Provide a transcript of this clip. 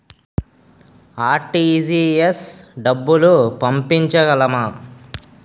RTGS డబ్బులు పంపించగలము?